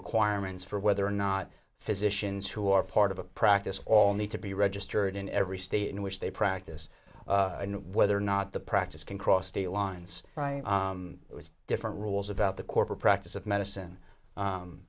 requirements for whether or not physicians who are part of a practice all need to be registered in every state in which they practice and whether or not the practice can cross state lines with different rules about the corporate practice of medicine